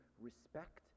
respect